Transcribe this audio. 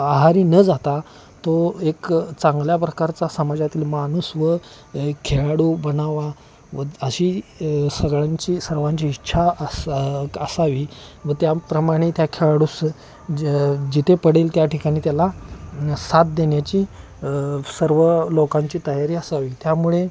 आहारी न जाता तो एक चांगल्या प्रकारचा समाजातील माणूस व खेळाडू बनावा व अशी सगळ्यांची सर्वांची इच्छा असा असावी व त्याप्रमाणे त्या खेळाडूस ज जिथे पडेल त्या ठिकाणी त्याला साथ देण्याची सर्व लोकांची तयारी असावी त्यामुळे